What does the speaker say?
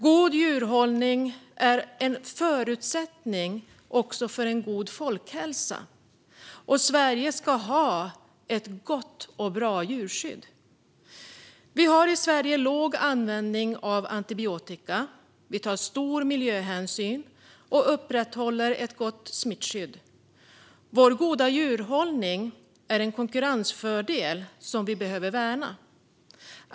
God djurhållning är också en förutsättning för en god folkhälsa, och Sverige ska ha ett gott och bra djurskydd. I Sverige råder en låg användning av antibiotika, vi tar stor miljöhänsyn och vi upprätthåller ett gott smittskydd. Vår goda djurhållning är en konkurrensfördel som vi behöver värna.